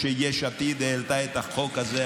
כשיש עתיד העלתה את החוק הזה,